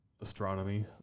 Astronomy